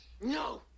No